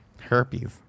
herpes